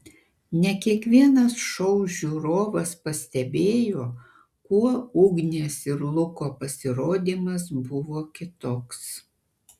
ne kiekvienas šou žiūrovas pastebėjo kuo ugnės ir luko pasirodymas buvo kitoks